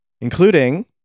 including